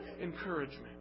encouragement